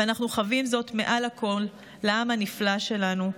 אבל מעל לכול אנחנו חבים זאת לעם הנפלא שלנו.